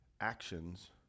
actions